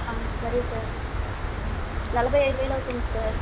సరే సార్ నలభై ఐదు వేలు అవుతుంది సార్